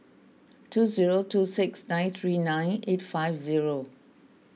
two zero two six nine three nine eight five zero